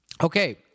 Okay